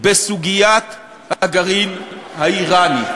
בסוגיית הגרעין האיראני.